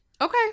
Okay